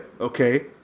okay